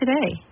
today